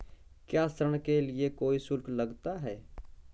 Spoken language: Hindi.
क्या ऋण के लिए कोई शुल्क लगता है?